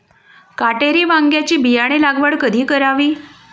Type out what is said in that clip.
काटेरी वांग्याची बियाणे लागवड कधी करावी?